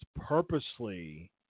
purposely